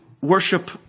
worship